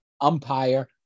umpire